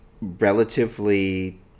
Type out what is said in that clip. relatively